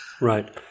Right